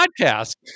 Podcast